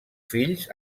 fills